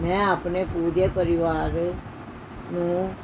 ਮੈਂ ਆਪਣੇ ਪੂਰੇ ਪਰਿਵਾਰ ਨੂੰ